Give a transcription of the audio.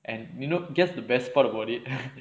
and you know guess the best part about it